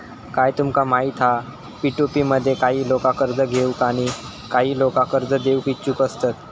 काय तुमका माहित हा पी.टू.पी मध्ये काही लोका कर्ज घेऊक आणि काही लोका कर्ज देऊक इच्छुक असतत